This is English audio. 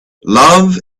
love